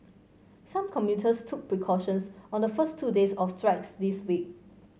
some commuters took precautions on the first two days of strikes this week